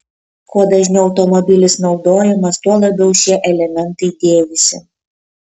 kuo dažniau automobilis naudojamas tuo labiau šie elementai dėvisi